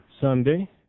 Sunday